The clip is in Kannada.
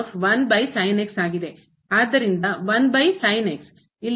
ಆದ್ದರಿಂದ ಇಲ್ಲಿ